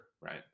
right